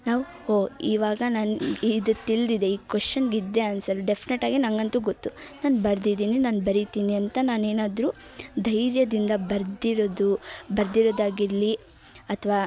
ನಾವು ಹೋ ಇವಾಗ ನಾನು ಇದು ತಿಳ್ದಿದೆ ಈ ಕ್ವೆಶ್ಚನ್ಗೆ ಇದೇ ಆನ್ಸರ್ ಡೆಫ್ನೇಟಾಗಿ ನನಗಂತು ಗೊತ್ತು ನಾನು ಬರ್ದಿದ್ದೀನಿ ನಾನು ಬರೀತಿನಿ ಅಂತ ನಾನೇನಾದರು ಧೈರ್ಯದಿಂದ ಬರ್ದಿರೋದು ಬರ್ದಿರೋದಾಗಿರಲಿ ಅಥ್ವಾ